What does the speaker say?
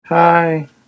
Hi